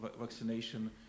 vaccination